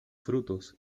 frutos